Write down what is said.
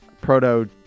proto